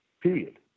Period